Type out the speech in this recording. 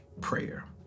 prayer